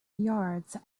yards